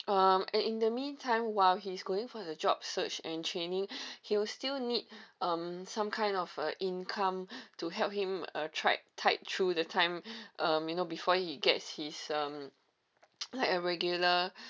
um and in the mean time while he's going for the job search and training he'll still need um some kind of uh income to help him a tribe type through the time um you know before he gets his um like a regular